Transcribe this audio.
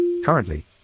Currently